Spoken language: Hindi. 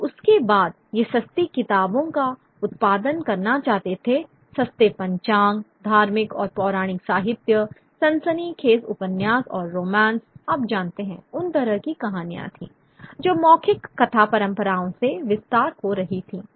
तो उसके बाद वे सस्ती किताबों का उत्पादन करना चाहते थे सस्ते पंचांग धार्मिक और पौराणिक साहित्य सनसनीखेज उपन्यास और रोमांस आप जानते हैं उन तरह की कहानियां थीं जो मौखिक कथा परंपराओं से विस्तार हो रही थीं